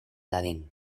dadin